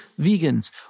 vegans